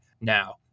now